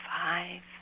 five